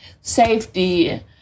safety